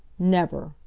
never!